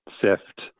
sift